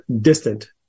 distant